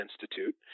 Institute